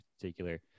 particular